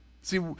See